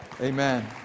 Amen